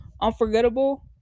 Unforgettable